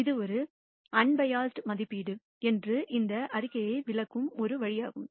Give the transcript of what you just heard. இது ஒரு அன்பயாஸ்டுமதிப்பீடு என்று இந்த அறிக்கையை விளக்கும் ஒரு வழியாகும்